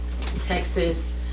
Texas